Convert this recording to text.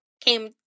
came